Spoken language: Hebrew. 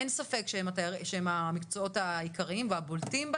אין ספק שהם המקצועות העיקריים והבולטים בהם,